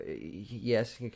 yes